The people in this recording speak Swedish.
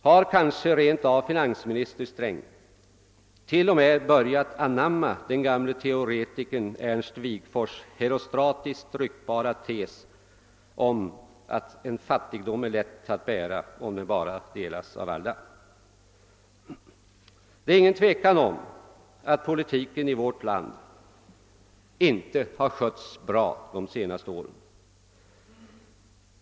Har kanske finansminister Sträng rent av börjat anamma den gamle teoretikern Ernst Wigforss” herostratiskt ryktbara tes, att fattigdomen är lätt att bära, om den delas av alla? Det är inget tvivel om att politiken i vårt land inte har skötts bra de senare åren.